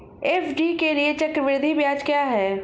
FD के लिए चक्रवृद्धि ब्याज क्या है?